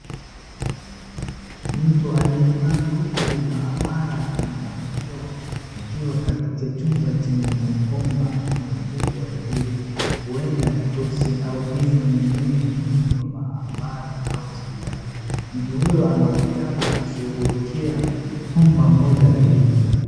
Mtu aliyevaa koti la maabara na barakoa akiwa katika chumba chenye mabomba makubwa ya gesi. Huenda ni oxygen au gesi nyingine muhimu kwa maabara au hospitali. Mtu huyu anaonekana akishughulika bomba moja la gesi.